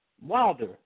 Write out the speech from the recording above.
Wilder